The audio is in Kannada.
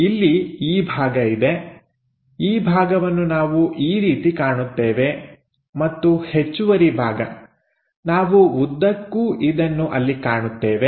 ಇಲ್ಲಿ ಈ ಭಾಗ ಇದೆಈ ಭಾಗವನ್ನು ನಾವು ಈ ರೀತಿ ಕಾಣುತ್ತೇವೆ ಮತ್ತು ಹೆಚ್ಚುವರಿ ಭಾಗ ನಾವು ಉದ್ದಕ್ಕೂ ಇದನ್ನು ಅಲ್ಲಿ ಕಾಣುತ್ತೇವೆ